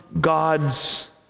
gods